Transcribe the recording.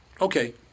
Okay